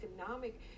economic